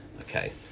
okay